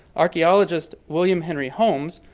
archaeologist, william henry holmes,